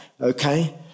okay